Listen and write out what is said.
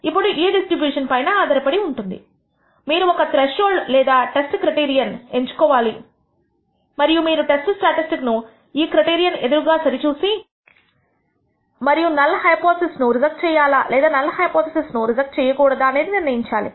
ఇప్పుడు ఈ డిస్ట్రిబ్యూషన్ పైన ఆధారపడి మీరు ఒక త్రెష్హోల్డ్ లేదా టెస్ట్ క్రైటీరియన్ ఎంచుకోవచ్చు మరియు మీరు టెస్ట్ స్టాటిస్టిక్ ను ఈ క్రైటీరియన్ ఎదురుగా సరిచూసి మరియు నల్ హైపోథిసిస్ ను project రిజెక్ట్ చేయాలా లేదా నల్ హైపోథిసిస్ ను రిజెక్ట్ చేయకూడదా అనేది నిర్ణయించాలి